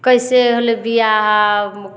कैसे होलै विवाह